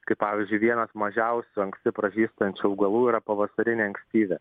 kaip pavyzdžiui vienas mažiausių anksti pražystančių augalų yra pavasarinė ankstyvė